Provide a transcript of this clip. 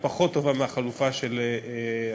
היא פחות טובה מהחלופה של הגבעה-הצרפתית.